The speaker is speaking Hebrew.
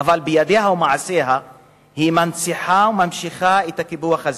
אבל בידיה ובמעשיה היא מנציחה וממשיכה את הקיפוח הזה.